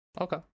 Okay